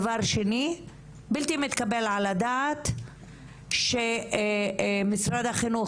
הדבר השני הוא שזה פשוט בלתי מתקבל על הדעת שמשרד החינוך